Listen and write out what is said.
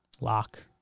Lock